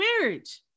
marriage